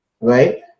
right